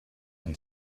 and